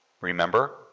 Remember